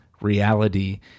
reality